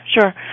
sure